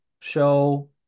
show